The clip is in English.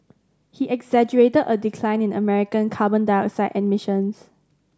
he exaggerated a decline in American carbon dioxide emissions